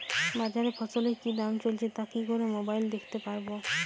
বাজারে ফসলের কি দাম চলছে তা কি করে মোবাইলে দেখতে পাবো?